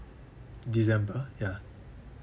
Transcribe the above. december ya